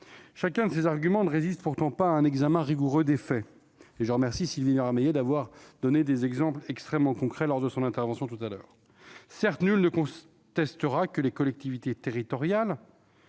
Chacun de ces arguments ne résiste pourtant pas à un examen rigoureux des faits. Je remercie Sylvie Vermeillet d'avoir donné des exemples extrêmement concrets lors de son intervention. Certes, nul ne contestera que les collectivités territoriales